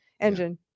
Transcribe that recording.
engine